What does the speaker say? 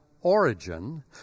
origin